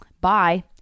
Bye